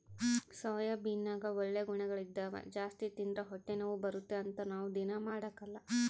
ಸೋಯಾಬೀನ್ನಗ ಒಳ್ಳೆ ಗುಣಗಳಿದ್ದವ ಜಾಸ್ತಿ ತಿಂದ್ರ ಹೊಟ್ಟೆನೋವು ಬರುತ್ತೆ ಅಂತ ನಾವು ದೀನಾ ಮಾಡಕಲ್ಲ